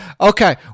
Okay